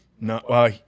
No